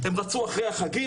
הם רצו אחרי החגים,